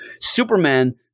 Superman